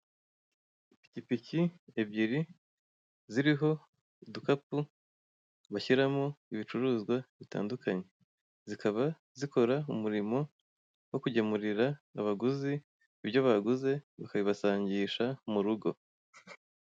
Ipikipiki ebyiri ziriho udukapu bashyiramo ibicuruzwa bitandukanye zikaba zikora umurimo wo kugemurira abaguzi ibyo baguze bakabibasangisha mu rugo.